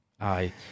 Aye